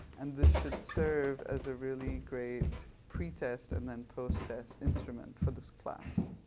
and this should serve as a really great pre-test and then post-test instrument for this class.